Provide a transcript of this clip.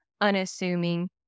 unassuming